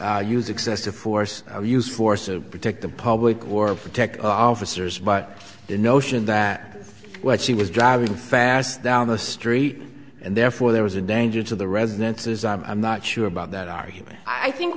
use excessive force use force to protect the public or protect officers but the notion that what she was driving fast down the street and therefore there was a danger to the residences i'm not sure about that argument i think